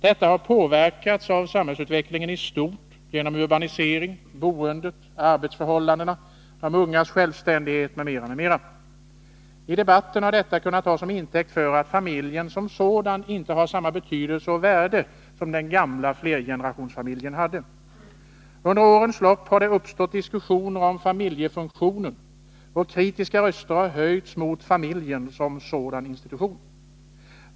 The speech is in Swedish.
Denna har påverkats av samhällsutvecklingen i stort, genom urbanisering, boende, arbetsförhållanden, de ungas självständighet m.m. I debatten har detta kunnat tas som intäkt för att familjen som sådan inte har samma betydelse och värde som den gamla flergenerationsfamiljen hade. Under årens lopp har det uppstått diskussioner om familjefunktionen, och kritiska röster har höjts mot familjen som sådan.